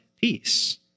peace